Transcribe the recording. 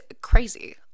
crazy